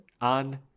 on